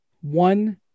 one